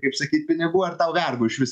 kaip sakyt pinigų ar tau vergu išvis